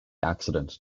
accident